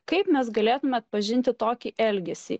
kaip mes galėtumėme atpažinti tokį elgesį